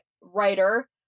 writer